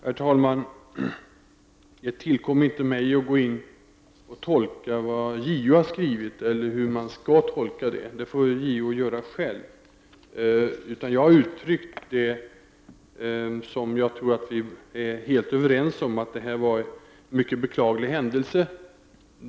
Herr talman! Det tillkommer inte mig att gå in på hur man skall tolka JO — det får JO göra själv. Jag har uttryckt det som jag tror vi är helt överens om, nämligen att detta var en mycket beklaglig händelse.